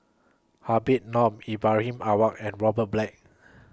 Habib Noh Ibrahim Awang and Robert Black